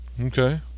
Okay